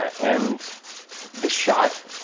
and this shot,